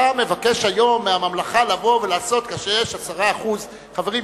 אתה מבקש היום מהממלכה לבוא ולעשות כאשר יש 10%. חברים,